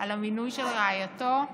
על המינוי של רעייתו.